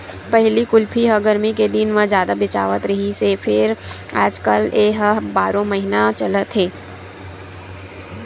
पहिली कुल्फी ह गरमी के दिन म जादा बेचावत रिहिस हे फेर आजकाल ए ह बारो महिना चलत हे